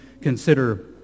consider